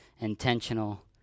intentional